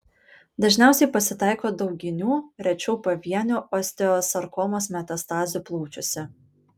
dažniausiai pasitaiko dauginių rečiau pavienių osteosarkomos metastazių plaučiuose